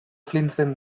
flinsen